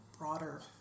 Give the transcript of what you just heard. broader